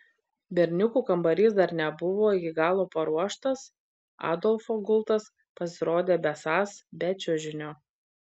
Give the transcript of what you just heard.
berniukų kambarys dar nebuvo iki galo paruoštas adolfo gultas pasirodė besąs be čiužinio